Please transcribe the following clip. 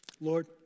Lord